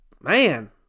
man